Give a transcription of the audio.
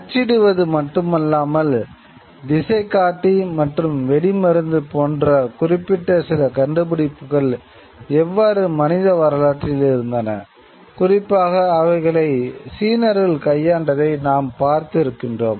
அச்சிடுவது மட்டுமல்லாமல் திசைகாட்டி மற்றும் வெடி மருந்து போன்ற குறிப்பிட்ட சில கண்டுபிடிப்புகள் எவ்வாறு மனித வரலாற்றில் இருந்தன குறிப்பாக அவைகளை சீனர்கள் கையாண்டதை நாம் பார்த்து இருக்கின்றோம்